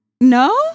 No